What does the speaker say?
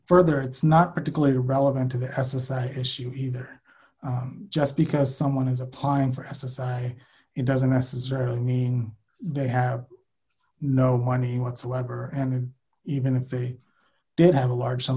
further it's not particularly relevant to the s s a issue either just because someone is applying for s s i it doesn't necessarily mean they have no money whatsoever and even if they did have a large sum